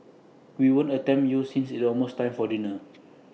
we won't tempt you since it's almost time for dinner